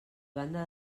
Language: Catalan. banda